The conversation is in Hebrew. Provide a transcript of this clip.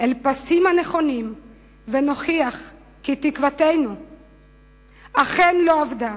אל הפסים הנכונים ונוכיח כי תקוותנו אכן לא אבדה,